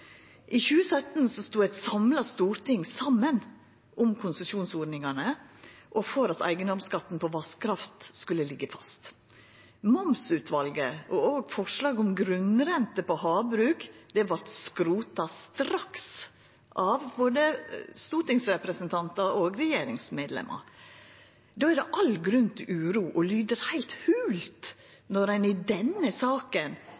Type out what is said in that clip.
I 2017 stod eit samla storting saman om konsesjonsordningane og at eigedomsskatten på vasskraft skulle liggja fast. Forslag frå momsutvalet og òg forslaget om grunnrente på havbruk vart skrota straks av både stortingsrepresentantar og regjeringsmedlemer. Då er det all grunn til uro, og det lyder heilt holt når ein i denne saka